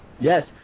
Yes